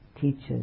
teachers